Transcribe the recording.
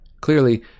Clearly